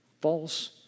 False